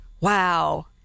Wow